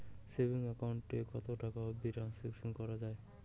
Savings account এ কতো টাকা অবধি ট্রানসাকশান করা য়ায়?